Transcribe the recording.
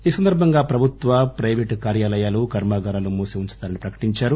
ఈసందర్బంగా ప్రభుత్వ ప్రయివేటు కార్యాలయాలు కర్మాగారాలు మూసి ఉంచుతారని ప్రకటించారు